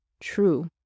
True